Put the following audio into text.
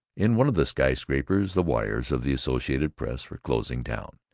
in one of the skyscrapers the wires of the associated press were closing down.